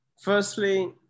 firstly